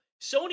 sony